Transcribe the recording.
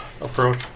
Approach